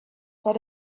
but